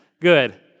Good